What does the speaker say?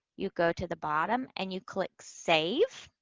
you go to the bottom and you click save.